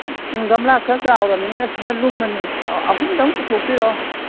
ꯎꯝ ꯒꯝꯂꯥ ꯈꯔ ꯆꯥꯎꯔꯃꯤꯅ ꯑꯁꯤꯅ ꯂꯨꯝꯃꯅꯤ ꯑꯍꯨꯝꯗꯪ ꯄꯨꯊꯣꯛꯄꯤꯔꯛꯑꯣ